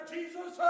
Jesus